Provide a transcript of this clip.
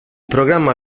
programma